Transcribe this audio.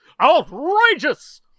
Outrageous